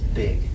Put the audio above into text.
big